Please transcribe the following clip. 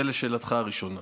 זה לשאלתך הראשונה.